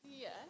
Yes